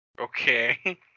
Okay